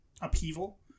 upheaval